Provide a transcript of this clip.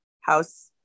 house